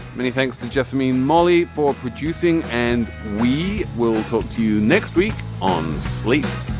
many thanks to just mean molly for producing and we will talk to you next week on sleep.